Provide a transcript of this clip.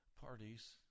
parties